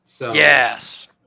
Yes